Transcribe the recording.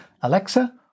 Alexa